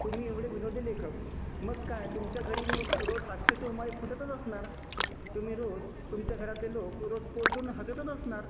तुम्ही एवढे विनोदी लेखक मग काय तुमच्या घरीन मग रोज हास्याचे उमाळे फुटतच असणार तुम्ही रोज तुमच्या घरातले लोक रोज पोट धरून हसतच असणार